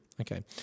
Okay